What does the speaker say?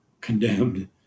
condemned